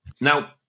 Now